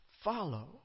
Follow